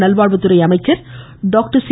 நல்வாழ்வுத்துறை அமைச்சர் doctor C